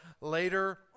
later